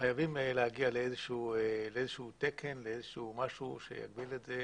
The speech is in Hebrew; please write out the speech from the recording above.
חייבים להגיע לאיזשהו תקן שיגביל את זה.